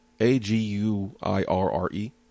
A-G-U-I-R-R-E